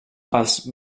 als